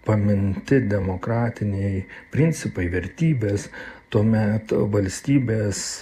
paminti demokratiniai principai vertybės to meto valstybės